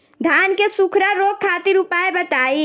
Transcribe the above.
धान के सुखड़ा रोग खातिर उपाय बताई?